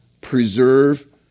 preserve